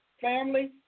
family